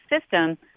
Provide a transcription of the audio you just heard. system